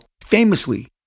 famously